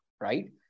Right